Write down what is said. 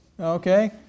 Okay